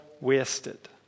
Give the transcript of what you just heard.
wasted